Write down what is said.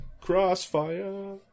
Crossfire